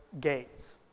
gates